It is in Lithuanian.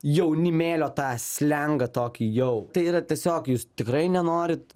jaunimėlio tą slengą tokį jau tai yra tiesiog jūs tikrai nenorit